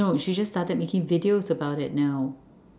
no she just started making videos about it now